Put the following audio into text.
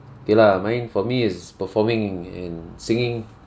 okay lah mine for me is performing and singing